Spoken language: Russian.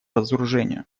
разоружению